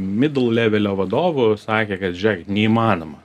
midllevelio vadovų ir sakė kad žėkit neįmanoma